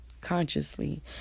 consciously